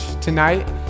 tonight